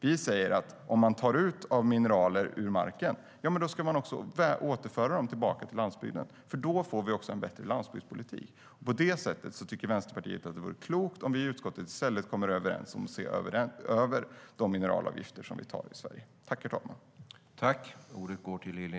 Vi säger att om man tar ut mineraler ur marken ska värdet återföras till landsbygden. Då får vi också en bättre landsbygdspolitik. På det sättet tycker Vänsterpartiet att det vore klokt om vi i utskottet i stället kommer överens om att se över de mineralavgifter som vi tar ut i Sverige.